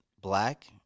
black